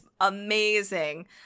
amazing